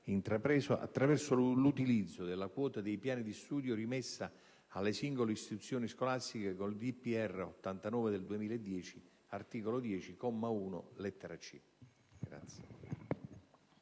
intrapreso attraverso l'utilizzo della quota dei piani di studio rimessa alle singole istituzioni scolastiche con il DPR n. 89 del 2010 (articolo 10, comma 1, lettera *c)*).